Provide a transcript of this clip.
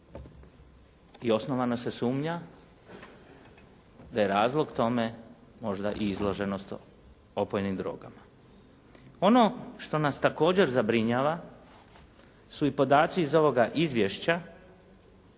i osnovano se sumnja da je razlog tome možda i izloženost opojnim drogama. Ono što nas također zabrinjava su i podaci iz ovoga izvješća